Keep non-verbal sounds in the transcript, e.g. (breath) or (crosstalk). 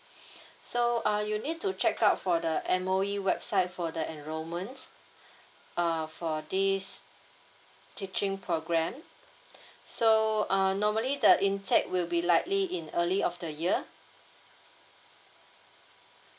(breath) so uh you'll need to check out for the M_O_E website for the enrollments uh for this teaching program (breath) so uh normally the intake will be likely in early of the year